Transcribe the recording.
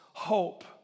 Hope